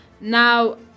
now